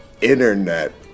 internet